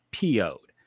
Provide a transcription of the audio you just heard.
PO'd